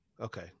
Okay